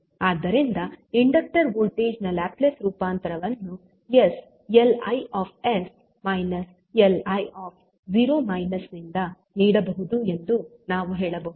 ಆದ್ದರಿಂದ inductor voltage ನ Laplace ರೂಪಾಂತರವನ್ನು sLI Li ನಿಂದ ನೀಡಬಹುದು ಎಂದು ನಾವು ಹೇಳಬಹುದು